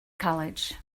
college